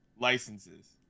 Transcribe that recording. licenses